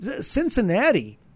cincinnati